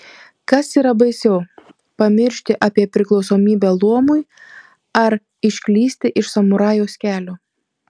kas yra baisiau pamiršti apie priklausomybę luomui ar išklysti iš samurajaus kelio